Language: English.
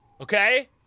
okay